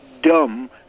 dumb